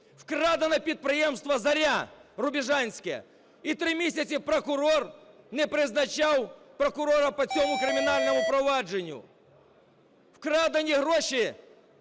Вкрадене підприємство "Зоря" рубіжанське. І три місяці прокурор не призначав прокурора по цьому кримінальному провадженню. Вкрадені гроші,